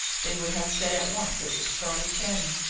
they would have said at once it was charley channing.